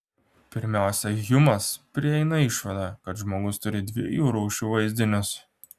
pirmiausia hjumas prieina išvadą kad žmogus turi dviejų rūšių vaizdinius